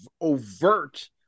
overt